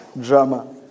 Drama